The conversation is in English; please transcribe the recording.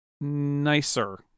nicer